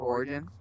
Origin